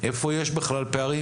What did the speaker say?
איפה יש בכלל פערים,